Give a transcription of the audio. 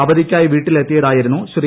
അവധിക്കായി വീട്ടിലെത്തിയതായിരുന്നു ശ്രീ